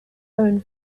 own